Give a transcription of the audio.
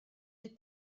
bydd